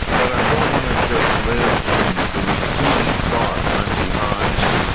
but i don't want to just live in the repeated and thought, i'm behind.